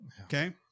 Okay